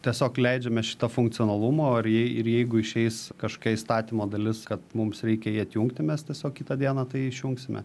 tiesiog leidžiame šita funkcionalumo ir jei ir jeigu išeis kažkokia įstatymo dalis kad mums reikia jį atjungti mes tiesiog kitą dieną tai išjungsime